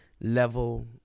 Level